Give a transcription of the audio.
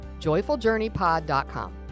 joyfuljourneypod.com